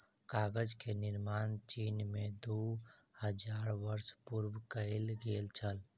कागज के निर्माण चीन में दू हजार वर्ष पूर्व कएल गेल छल